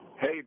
Hey